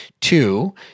two